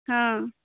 हँ